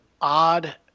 odd